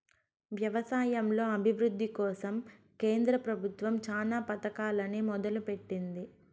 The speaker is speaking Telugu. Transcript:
వ్యవసాయంలో అభివృద్ది కోసం కేంద్ర ప్రభుత్వం చానా పథకాలనే మొదలు పెట్టింది